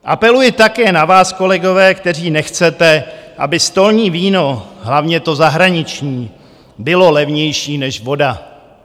Apeluji také na vás, kolegové, kteří nechcete, aby stolní víno, hlavně to zahraniční, bylo levnější než voda.